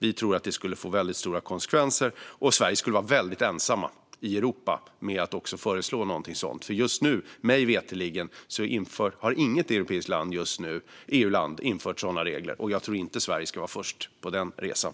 Vi tror att det skulle få väldigt stora konsekvenser, och Sverige skulle vara väldigt ensamt i Europa om att föreslå något sådant. Mig veterligen har inget EU-land just nu infört sådana regler, och jag tror inte att Sverige ska vara först på den resan.